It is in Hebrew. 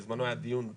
בזמנו היה דיון,